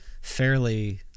fairly